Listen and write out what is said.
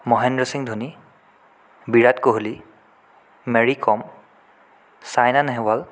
Mahendra Singh Dhoni Virat Kohli Mary Kom Saina Nehwal